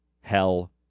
hell